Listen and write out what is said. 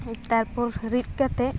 ᱛᱟᱨᱯᱚᱨ ᱨᱤᱫ ᱠᱟᱛᱮᱫ